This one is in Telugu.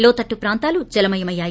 లోతట్లు ప్రాంతాలు జలమయ్యాయి